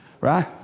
Right